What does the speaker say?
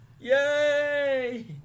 Yay